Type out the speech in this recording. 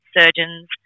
surgeons